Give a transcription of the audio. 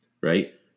Right